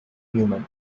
human